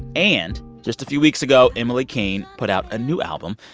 and just a few weeks ago, emily king put out a new album.